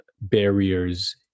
barriers